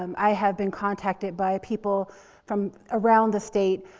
um i have been contacted by people from around the state.